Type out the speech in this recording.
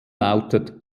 lautet